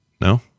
No